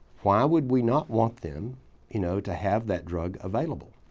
why would we not want them you know to have that drug available?